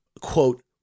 quote